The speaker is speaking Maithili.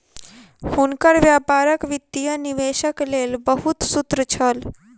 हुनकर व्यापारक वित्तीय निवेशक लेल बहुत सूत्र छल